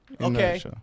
Okay